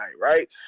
right